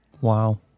Wow